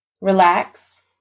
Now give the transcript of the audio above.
Relax